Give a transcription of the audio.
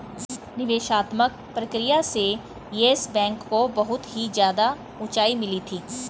निवेशात्मक प्रक्रिया से येस बैंक को बहुत ही ज्यादा उंचाई मिली थी